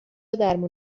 درمون